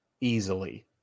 Easily